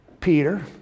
Peter